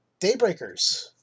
Daybreakers